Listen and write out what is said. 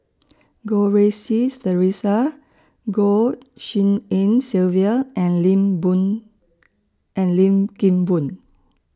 Goh Rui Si Theresa Goh Tshin En Sylvia and Lim Boon and Lim Kim Boon